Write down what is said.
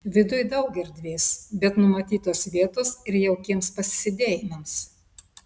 viduj daug erdvės bet numatytos vietos ir jaukiems pasisėdėjimams